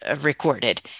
recorded